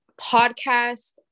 Podcast